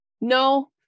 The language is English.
no